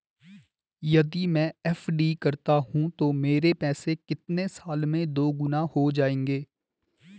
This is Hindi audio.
यदि मैं एफ.डी करता हूँ तो मेरे पैसे कितने साल में दोगुना हो जाएँगे?